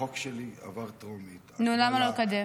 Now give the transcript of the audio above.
החוק שלי עבר טרומית -- נו, למה לא לקדם?